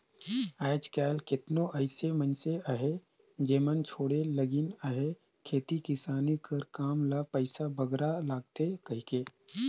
आएज काएल केतनो अइसे मइनसे अहें जेमन छोंड़े लगिन अहें खेती किसानी कर काम ल पइसा बगरा लागथे कहिके